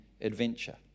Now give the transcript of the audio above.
adventure